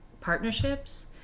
partnerships